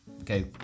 okay